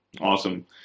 Awesome